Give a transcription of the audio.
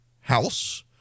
house